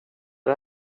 det